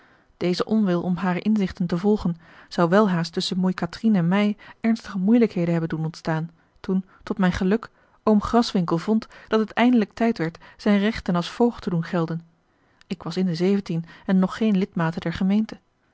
deze onwil om hare inzichten te volgen zou welhaast tusschen moei catrine en mij ernstige moeielijkheden hebben doen ontstaan toen tot mijn geluk oom graswinckel vond dat het eindelijk tijd werd zijne rechten als voogd te doen gelden ik was in de zeventien en nog geene lidmate der gemeente